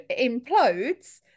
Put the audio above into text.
implodes